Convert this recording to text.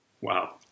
Wow